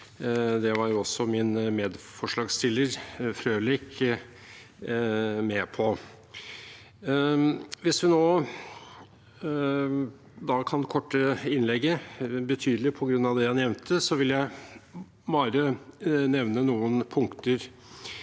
Det var også min medforslagsstiller, Frølich, inne på. Hvis jeg da kan korte ned innlegget betydelig på grunn av det jeg nevnte, vil jeg bare nevne noen punkter